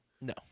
No